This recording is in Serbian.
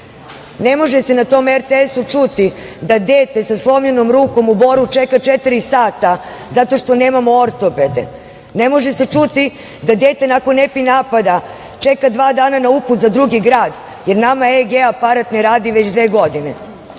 može se na tom RTS čuti da dete sa slomljenom rukom u Boru čeka četiri sata zato što nemamo ortopede. Ne može se čuti da dete nakon epi napada čeka dva dana na uput za drugi grad, jer nama EG aparat ne radi već dve godine.